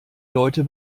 leute